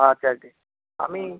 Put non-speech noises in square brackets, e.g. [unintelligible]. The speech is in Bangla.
আচ্ছা [unintelligible] আমি